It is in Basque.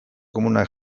komunak